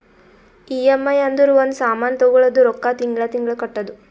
EMI ಅಂದುರ್ ಒಂದ್ ಸಾಮಾನ್ ತಗೊಳದು ರೊಕ್ಕಾ ತಿಂಗಳಾ ತಿಂಗಳಾ ಕಟ್ಟದು